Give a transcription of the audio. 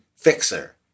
fixer